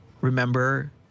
remember